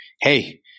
hey